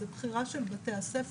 זו בחירה של בתי-הספר.